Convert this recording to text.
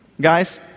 guys